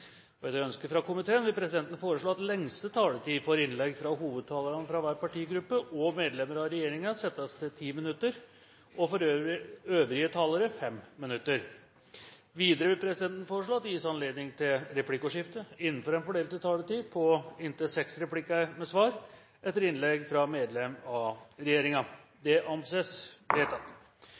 og medlemmer av regjeringen settes til 10 minutter og for øvrige talere 5 minutter. Videre vil presidenten foreslå at det gis anledning til replikkordskifte på inntil seks replikker med svar etter innlegg fra medlem av regjeringen innenfor den fordelte taletid. – Det anses vedtatt.